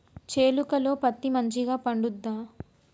చేలుక లో పత్తి మంచిగా పండుద్దా?